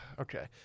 Okay